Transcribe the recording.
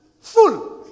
full